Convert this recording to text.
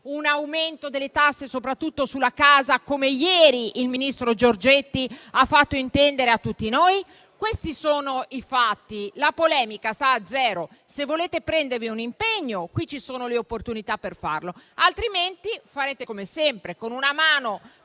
un aumento delle tasse, soprattutto sulla casa, come ieri il ministro Giorgetti ha fatto intendere a tutti noi? Questi sono i fatti, la polemica sta a zero. Se volete prendervi un impegno, qui ci sono le opportunità per farlo. Altrimenti fate come sempre: con una mano